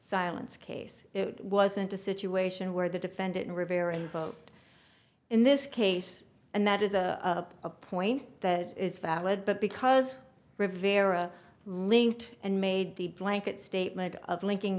silence case it wasn't a situation where the defendant revere invoked in this case and that is a point that is valid but because rivera lived and made the blanket statement of linking